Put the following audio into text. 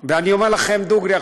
ואני אומר לכם דוגרי,